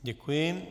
Děkuji.